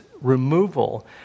removal